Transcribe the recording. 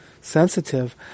sensitive